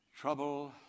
Trouble